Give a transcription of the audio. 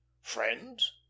friends